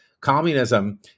Communism